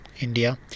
India